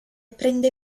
prende